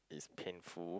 is painful